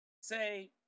say